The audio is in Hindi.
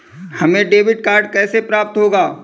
हमें डेबिट कार्ड कैसे प्राप्त होगा?